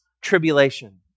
tribulation